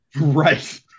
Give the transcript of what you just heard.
Right